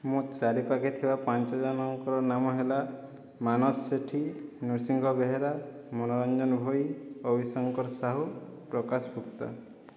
ମୋ ଚାରିପାଖେ ଥିବା ପାଞ୍ଚ ଜଣଙ୍କର ନାମ ହେଲା ମାନସ ସେଠୀ ନୃସିଂହ ବେହେରା ମନୋରଞ୍ଜନ ଭୋଇ ରବିଶଙ୍କର ସାହୁ ପ୍ରକାଶ ଗୁପ୍ତା